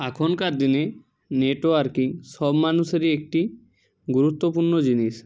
এখনকার দিনে নেটওয়ার্কিং সব মানুষেরই একটি গুরুত্বপূর্ণ জিনিস